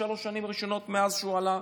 בשלוש השנים הראשונות מאז שהוא עלה,